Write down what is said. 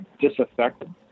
disaffected